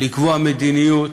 לקבוע מדיניות,